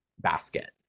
basket